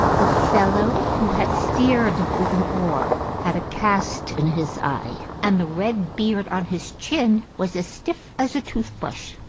the fellow who had steered with an oar, had a cast in his eye, and the red beard on his chin was stiff as a tooth-brush.